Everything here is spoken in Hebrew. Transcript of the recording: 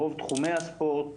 ברוב תחומי הספורט,